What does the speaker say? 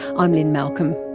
i'm lynne malcolm.